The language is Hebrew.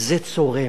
זה צורם.